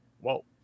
Whoa